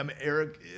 Eric